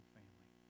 family